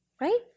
right